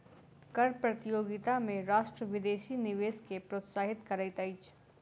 कर प्रतियोगिता में राष्ट्र विदेशी निवेश के प्रोत्साहित करैत अछि